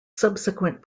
subsequent